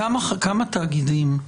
כמה תאגידים,